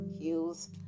heels